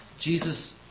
Jesus